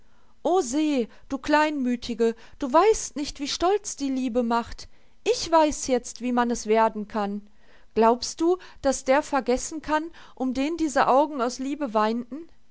du kleinmütige du weißt nicht wie stolz die liebe macht ich weiß jetzt wie man es werden kann glaubst du daß der vergessen kann um den diese augen aus liebe weinten